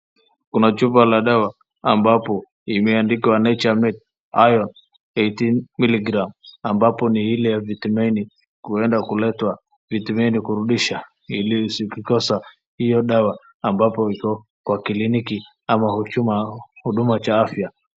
Kuna chupa la dawa ambapo imeandikwa Nature Made Iron 18mg . Ambapo ni ile ya vitamini huenda kuletwa vitamini kurudisha ilisiki ikikosa hiyo dawa ambapo iko kwa kiliniki ama huduma cha afya.